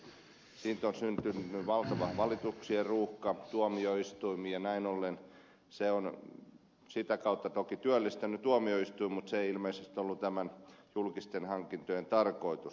siitä on syntynyt valtava valituksien ruuhka tuomioistuimiin ja näin ollen se on sitä kautta toki työllistänyt tuomioistuimia mutta se ei ilmeisesti ollut tämän lain julkisista hankinnoista tarkoitus